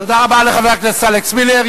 תודה רבה לחבר הכנסת אלכס מילר.